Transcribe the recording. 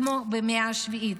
כמו במאה השביעית,